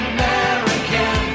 American